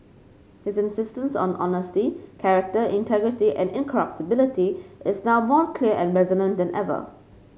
his insistence on honesty character integrity and incorruptibility is now more clear and resonant than ever